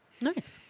Nice